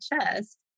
chest